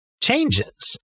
changes